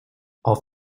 auf